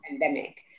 pandemic